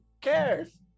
cares